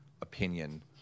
opinion